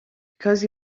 because